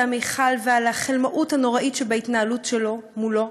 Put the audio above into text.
המכל ועל החלמאות הנוראית שבהתנהלות מולו,